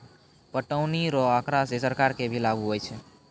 पटौनी रो आँकड़ा से सरकार के भी लाभ हुवै छै